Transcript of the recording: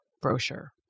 brochure